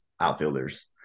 outfielders